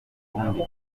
kundi